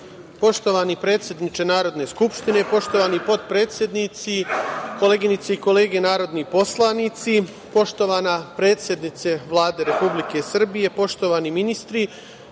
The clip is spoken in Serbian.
Hvala. Poštovani predsedniče Narodne skupštine, poštovani potpredsednici, koleginice i kolege narodni poslanici, poštovana predsednice Vlade Republike Srbije, poštovani ministri,